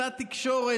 אותה תקשורת,